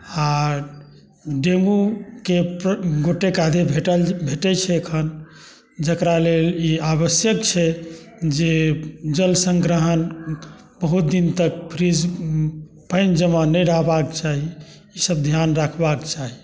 आओर डेन्गूके गोटेक आधे भेटै छै एखन जकरा लेल ई आवश्यक छै जे जल सङ्ग्रहण बहुत दिन तक फ्रीज पानि जमा नहि रहबाक चाही ईसब धिआन रखबाके चाही